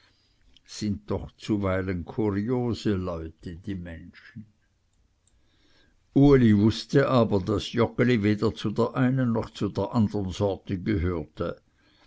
sind doch zuweilen kuriose leute die menschen uli wußte aber daß joggeli weder zu der einen noch zu der andern sorte gehörte